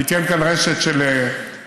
תיתן כאן רשת של רכבות,